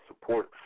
support